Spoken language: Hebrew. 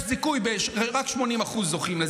יש זיכוי שרק 80% זוכים לו.